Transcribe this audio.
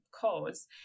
cause